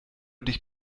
dich